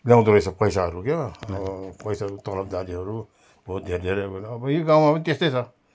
ल्याउँदो रहेछ पैसाहरू क्या हो पैसाहरू तलबदारीहरू बहुत धेरै धेरै अब यही गाउँमा पनि त्यस्तै छ